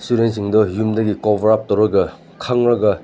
ꯏꯁꯇꯨꯗꯦꯟꯁꯤꯡꯗꯣ ꯌꯨꯝꯗꯒꯤ cover up ꯇꯧꯔꯒ ꯈꯪꯂꯒ